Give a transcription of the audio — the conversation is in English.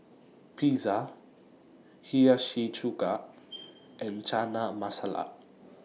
Pizza Hiyashi Chuka and Chana Masala